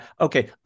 okay